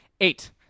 Eight